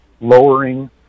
lowering